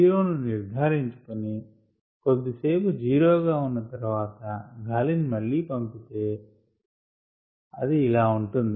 0 ను నిర్ధారించుకొని కొద్దీ సేపు 0 ఉన్న తర్వాత గాలిని మళ్లీ పంపితే ఇది ఇలా ఉంటుంది